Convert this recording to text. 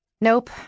Nope